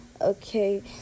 okay